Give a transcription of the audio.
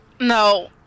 No